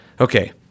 Okay